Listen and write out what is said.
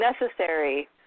necessary